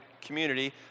community